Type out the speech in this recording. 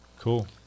Cool